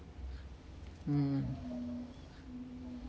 um